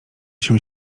się